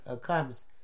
comes